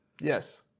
Yes